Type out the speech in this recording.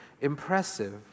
impressive